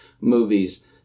movies